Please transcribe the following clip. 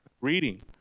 reading